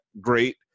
great